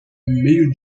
meio